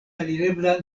alirebla